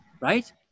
right